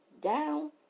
down